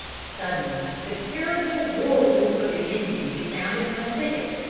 suddenly the terrible war-whoop of the indians resounded from a thicket,